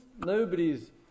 nobody's